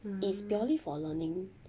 it's purely for learning